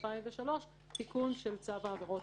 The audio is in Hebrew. תיקון לצו עבירות